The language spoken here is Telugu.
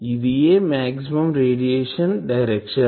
ఇదియే మాక్సిమం రేడియేషన్ డైరెక్షన్